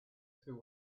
two